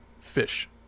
fish